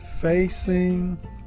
facing